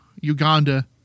Uganda